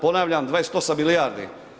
Ponavljam, 28 milijardi.